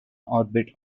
orbit